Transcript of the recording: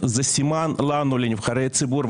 זה סימן לנו נבחרי הציבור,